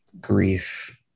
grief